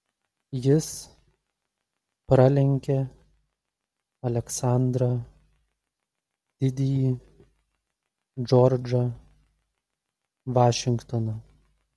jis pralenkė aleksandrą didįjį džordžą vašingtoną